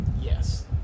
Yes